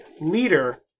leader